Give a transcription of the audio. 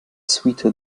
sweeter